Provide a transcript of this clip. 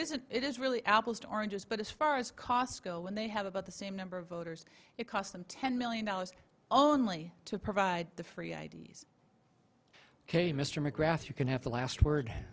isn't it is really apples to oranges but as far as cosco when they have about the same number of voters it cost them ten million dollars only to provide the free i d s ok mr mcgrath you can have the last word